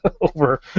over